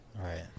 Right